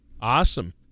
Awesome